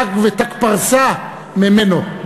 ת"ק ות"ק פרסה ממנו,